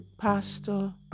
Pastor